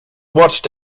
watched